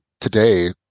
today